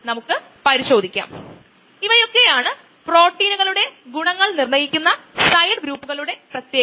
നമ്മൾ ഈ matrix bio റിയാക്ടറിൽ ഉപയോഗിക്കുന്നു എൻസയ്മ് റീയാക്ഷനു വേണ്ടി